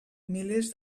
milers